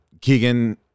keegan